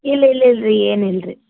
ಇಲ್ಲ ಇಲ್ಲ ಇಲ್ರಿ ಏನಿಲ್ಲ ರೀ